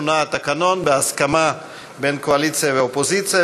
שונה התקנון בהסכמה בין הקואליציה והאופוזיציה,